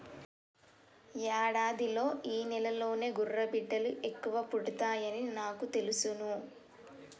యాడాదిలో ఈ నెలలోనే గుర్రబిడ్డలు ఎక్కువ పుడతాయని నాకు తెలుసును